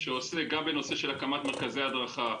פרק שעוסק גם בנושא של הקמת מרכזי הדרכה,